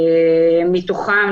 מתוכם,